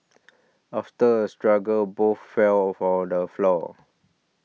after a struggle both fell for the floor